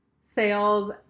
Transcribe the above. sales